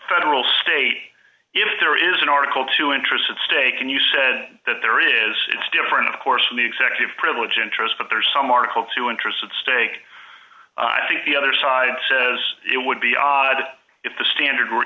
federal state if there is an article two interests at stake and you said that there is it's different of course from the executive privilege interest but there's some article two interests at stake i think the other side says it would be odd if the standard were